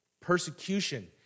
persecution